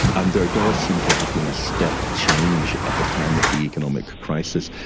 and there does seem to have been a step change at the time of the economic crisis,